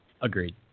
Agreed